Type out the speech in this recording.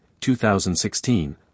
2016